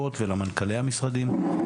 חלק פחות מהר.